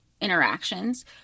interactions